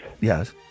Yes